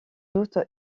doute